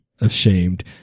Ashamed